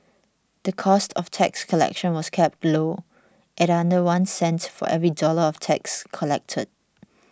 the cost of tax collection was kept low at under one cent for every dollar of tax collected